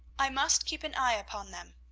i must keep an eye upon them.